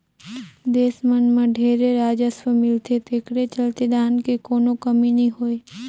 देस मन मं ढेरे राजस्व मिलथे तेखरे चलते धन के कोनो कमी नइ होय